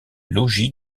logis